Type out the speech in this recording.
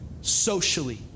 socially